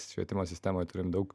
švietimo sistemoj turim daug